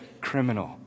criminal